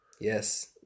Yes